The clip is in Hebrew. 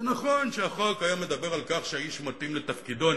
זה נכון שהיום החוק מדבר על כך שהאיש מתאים לתפקידו.